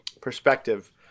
perspective